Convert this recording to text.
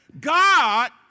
God